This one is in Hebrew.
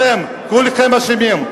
אתם כולכם אשמים.